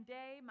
day